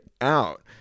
out